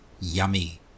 Yummy